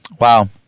Wow